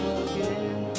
again